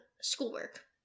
schoolwork